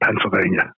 Pennsylvania